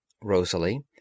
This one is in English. Rosalie